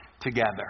together